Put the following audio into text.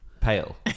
Pale